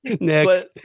next